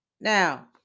Now